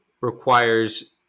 requires